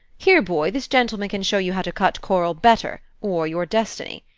here, boy, this gentleman can show you how to cut korl better or your destiny.